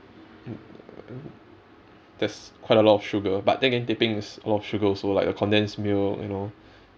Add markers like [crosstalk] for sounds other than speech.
[noise] that's quite a lot of sugar but then again teh peng is a lot of sugar also like the condensed milk you know